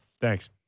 Thanks